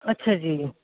ਅੱਛਾ ਜੀ